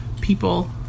people